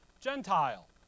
Gentile